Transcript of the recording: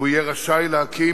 והוא יהיה רשאי להקים